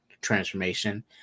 transformation